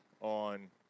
on